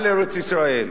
על ארץ-ישראל.